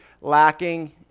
lacking